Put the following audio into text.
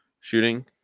shooting